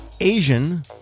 Asian